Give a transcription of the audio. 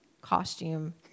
costume